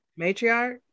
matriarch